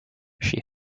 she